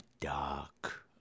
dark